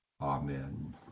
Amen